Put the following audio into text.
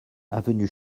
avenue